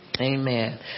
Amen